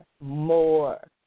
more